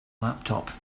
laptop